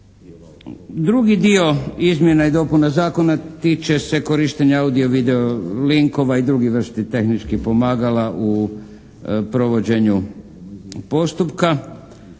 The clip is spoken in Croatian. Drugi dio izmjena i dopuna zakona tiče se korištenja audio-video linkova i drugih vrsti tehničkih pomagala u provođenju postupka.